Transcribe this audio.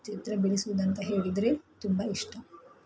ಚಿತ್ರ ಬಿಡಿಸುವುದಂತ ಹೇಳಿದರೆ ತುಂಬ ಇಷ್ಟ